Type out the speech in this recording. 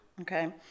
Okay